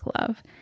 love